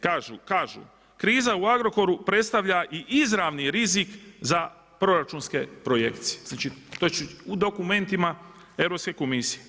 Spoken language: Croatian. Kažu kriza u Agrokoru predstavlja i izravni rizik za proračunske projekcije, znači u dokumentima Europske komisije.